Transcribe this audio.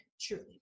truly